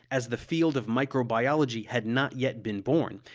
as the field of microbiology had not yet been born,